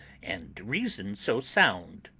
and reason so sound.